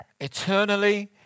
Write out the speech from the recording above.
eternally